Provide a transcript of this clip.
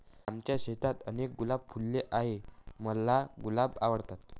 आमच्या शेतात अनेक गुलाब फुलले आहे, मला गुलाब आवडतात